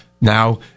now